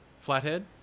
flathead